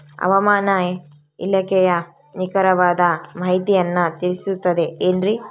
ಹವಮಾನ ಇಲಾಖೆಯ ನಿಖರವಾದ ಮಾಹಿತಿಯನ್ನ ತಿಳಿಸುತ್ತದೆ ಎನ್ರಿ?